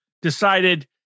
decided